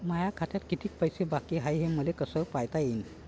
माया खात्यात कितीक पैसे बाकी हाय हे मले कस पायता येईन?